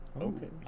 Okay